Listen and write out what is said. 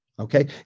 Okay